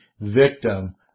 victim